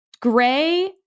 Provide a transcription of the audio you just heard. gray